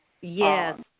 Yes